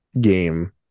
game